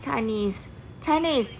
chinese chinese